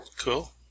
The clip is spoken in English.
Cool